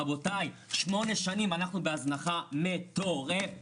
רבותי 8 שנים אנחנו בהזנחה מטורפת,